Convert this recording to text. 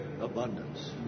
abundance